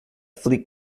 fleet